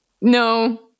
no